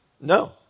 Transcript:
No